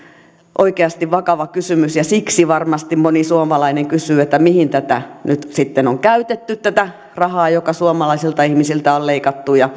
oikeasti vakava kysymys ja siksi varmasti moni suomalainen kysyy mihin nyt sitten on käytetty tätä rahaa joka suomalaisilta ihmisiltä on leikattu